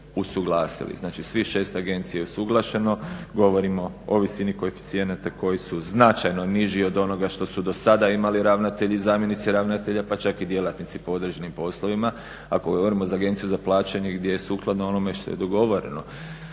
usuglasili. Znači svih 6 agencija je usuglašeno, govorimo o visini koeficijenata koji su značajno niži od onoga što su do sada imali ravnatelji i zamjenici ravnatelja pa čak i djelatnici po određenim poslovima. Ako govorimo za Agenciju za plaćanje, gdje je sukladno onome što je dogovoreno